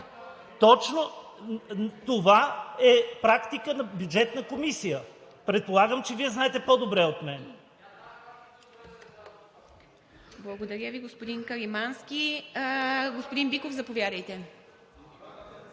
Това е практика на Бюджетната комисия – предполагам, че Вие знаете по-добре от мен.